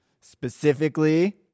Specifically